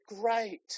great